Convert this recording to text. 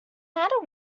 matter